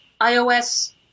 iOS